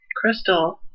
Crystal